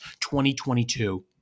2022